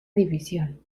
división